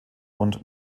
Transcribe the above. und